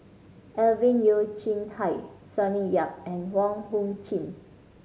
Alvin Yeo Khirn Hai Sonny Yap and Wong Hung Khim